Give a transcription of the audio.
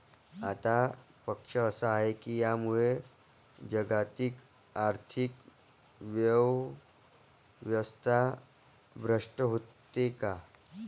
आता प्रश्न असा आहे की यामुळे जागतिक आर्थिक व्यवस्था भ्रष्ट होते का?